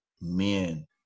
men